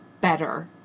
better